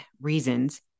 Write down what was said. reasons